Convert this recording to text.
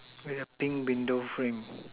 with a pink window frame